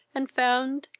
and found,